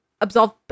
absolve